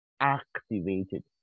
activated